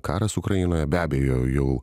karas ukrainoje be abejo jau